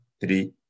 three